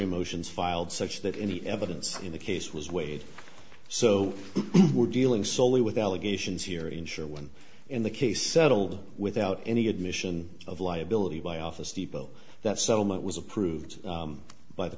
evidentiary motions filed such that any evidence in the case was weighed so we're dealing solely with allegations here ensure one in the case settled without any admission of liability by office depot that settlement was approved by the